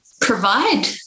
provide